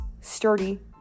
sturdy